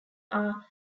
are